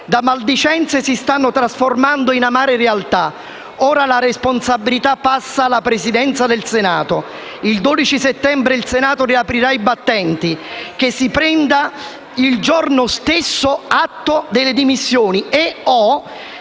le maldicenze si stanno trasformando in amare realtà. Ora la responsabilità passa alla Presidenza del Senato. Il 12 settembre il Senato riaprirà i battenti: si prenda il giorno stesso atto delle dimissioni e/o